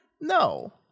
No